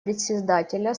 председателя